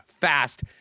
fast